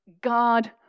God